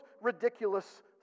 ridiculous